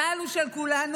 צה"ל הוא של כולנו,